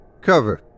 Cover